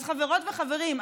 אז חברות וחברים,